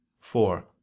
Four